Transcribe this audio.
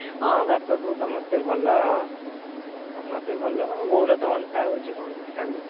ହଁ ବାପା ବୋଉ ସମସ୍ତେ ଭଲ ସମସ୍ତେ ଭଲ ବୋଉର ତ ଅଣ୍ଟା ହେଉଛି କ'ଣ କାନ୍ଦୁଛି